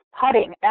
putting